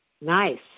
Nice